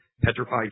Petrified